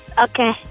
Okay